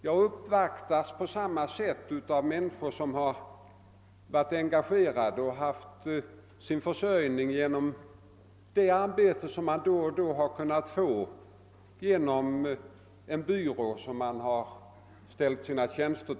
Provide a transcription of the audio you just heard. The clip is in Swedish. Jag uppvaktas på samma sätt av människor som försökt försörja sig på det arbete som de då och då kunnat få genom skrivbyråer, som de erbjudit sina tjänster.